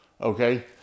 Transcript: Okay